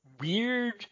weird